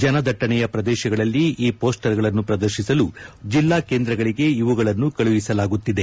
ಜನದಟ್ಟಣೆಯ ಪ್ರದೇಶಗಳಲ್ಲಿ ಈ ಪೋಸ್ಸರ್ಗಳನ್ನು ಪ್ರದರ್ತಿಸಲು ಜಲ್ಲಾ ಕೇಂದ್ರಗಳಿಗೆ ಇವುಗಳನ್ನು ಕಳುಹಿಸಲಾಗುತ್ತಿದೆ